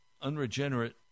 Unregenerate